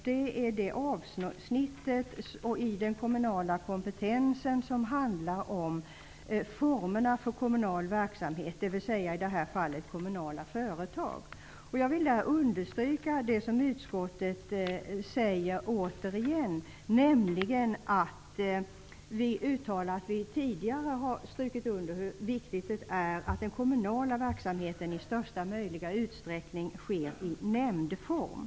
Det gäller det avsnitt angående den kommunala kompetensen som handlar om formerna för kommunal verksamhet, dvs. i det här fallet kommunala företag. Jag vill understryka det som utskottet återigen skriver, nämligen att utskottet tidigare har uttalat hur viktigt det är att den kommunala verksamheten i största möjliga utsträckning bedrivs i nämndform.